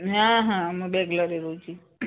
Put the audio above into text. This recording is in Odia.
ହଁ ହଁ ମୁଁ ବେଙ୍ଗାଲୋରରେ ରହୁଛି